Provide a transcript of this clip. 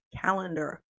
calendar